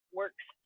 works